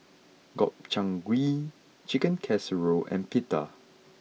Gobchang Gui Chicken Casserole and Pita